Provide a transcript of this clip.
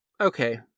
okay